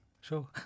sure